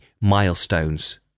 milestones